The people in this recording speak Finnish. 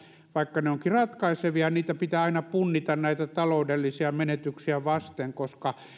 vaikka ne ovatkin ratkaisevia pitää aina punnita näitä taloudellisia menetyksiä vasten koska